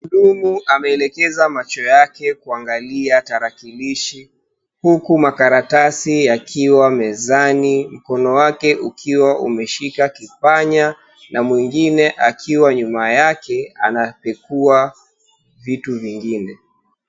Mhudumu ameelekeza macho yake kuangalia tarakilishi huku makaratasi yakiwa mezani, mkono wake ukiwa umeshika kipanya na mwingine akiwa nyuma yake anapekua vitu vingine.